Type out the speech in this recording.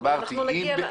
אנחנו נגיע לזה.